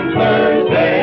Thursday